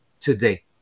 today